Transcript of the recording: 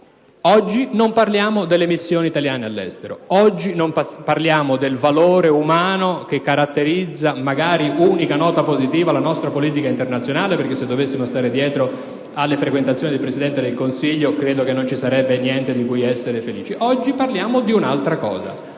Oggi non parliamo delle missioni italiane all'estero. Non parliamo neanche del valore umano che caratterizza - unica nota positiva - la nostra politica internazionale, perché se dovessimo stare dietro alle frequentazioni del Presidente del Consiglio non ci sarebbe niente di cui essere felici. Oggi parliamo di un altro